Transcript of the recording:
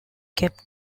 kept